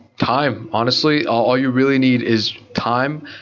time, honestly all you really need is time.